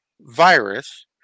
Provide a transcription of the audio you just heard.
virus